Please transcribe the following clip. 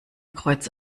kreuz